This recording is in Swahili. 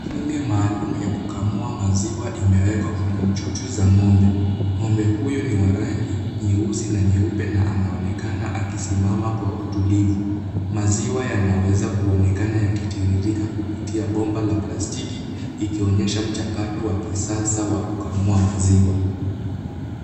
Mashine maalum ya kukamua maziwa imewekwa kwenye chuchu za ng'ombe. Ng'ombe huyu ni wa rangi nyeusi na nyeupe anaonekana akisimama kwa utulivu. Maziwa yanaweza kuonekana yakitiririka kupitia bomba la plastiki ikionyesha mchakato wa kisasa wa kukamua maziwa.